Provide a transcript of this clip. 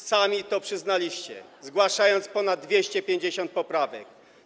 Sami to przyznaliście, zgłaszając ponad 250 poprawek.